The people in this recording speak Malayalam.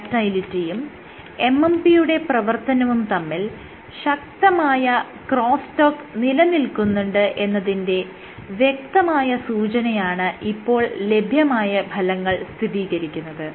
കൺട്രാക്ടയിലിറ്റിയും MMP യുടെ പ്രവർത്തനവും തമ്മിൽ ശക്തമായ ക്രോസ് ടോക്ക് നിലനിൽക്കുന്നുണ്ട് എന്നതിന്റെ വ്യക്തമായ സൂചനയാണ് ഇപ്പോൾ ലഭ്യമായ ഫലങ്ങൾ സ്ഥിതീകരിക്കുന്നത്